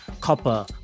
copper